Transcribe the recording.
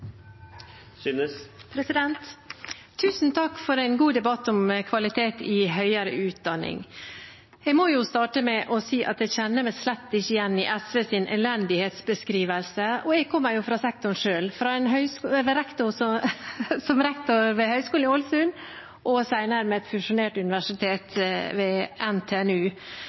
Tusen takk for en god debatt om kvalitet i høyere utdanning. Jeg må starte med å si at jeg kjenner meg slett ikke igjen i SVs elendighetsbeskrivelse, og jeg kommer selv fra sektoren, som rektor ved Høgskolen i Ålesund, som senere er blitt fusjonert med NTNU. Tvert imot ser vi at universitetene nå sliter med